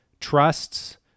trusts